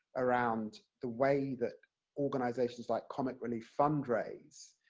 around the way that organisations like comic relief fundraise,